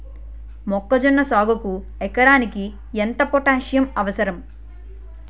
మొక్కజొన్న సాగుకు ఎకరానికి ఎంత పోటాస్సియం అవసరం?